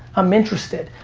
i'm interested.